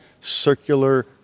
circular